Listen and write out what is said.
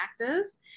actors